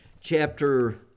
chapter